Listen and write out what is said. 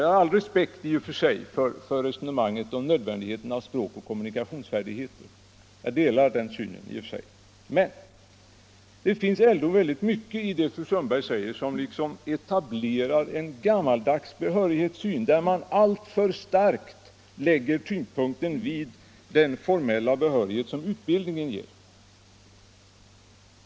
Jag har all respekt för resonemanget om nödvändigheten av språkoch kommunikationsfärdigheter men det finns ändå mycket i det fru Sundberg säger som liksom etablerar en gammaldags behörighetssyn, där tyngdpunkten alltför ofta läggs vid den formella behörighet som utbildningen ger.